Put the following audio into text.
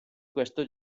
questo